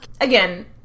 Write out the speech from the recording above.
Again